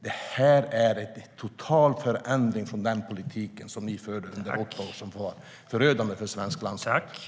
Detta är en total förändring från den politik som ni förde under åtta år och som var förödande för svensk landsbygd.